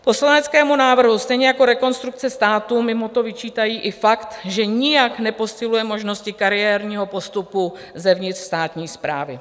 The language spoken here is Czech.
Poslaneckému návrhu stejně jako Rekonstrukce státu mimo to vyčítají i fakt, že nijak neposiluje možnosti kariérního postupu zevnitř státní správy.